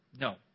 No